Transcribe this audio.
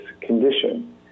condition